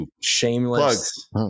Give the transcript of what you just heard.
shameless